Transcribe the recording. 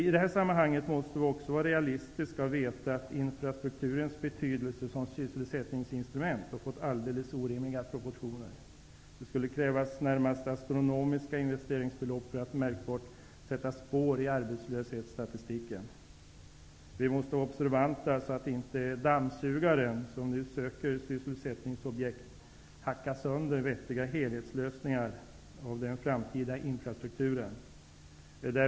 I det här sammanhanget måste vi också vara realistiska och veta att infrastrukturens betydelse som sysselsättningsinstrument har fått helt orimliga proportioner. Det skulle krävas närmast astronomiska investeringsbelopp för att det märkbart skulle sätta spår i arbetslöshetsstatistiken. Vi måste vara observanta så att inte ''dammsugaren'' som söker sysselsättningsobjekt hackar sönder vettiga helhetslösningar när det gäller den framtida infrastrukturen.